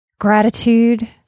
Gratitude